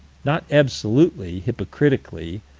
not absolutely, hypocritically,